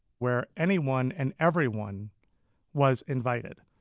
where anyone and everyone was invited.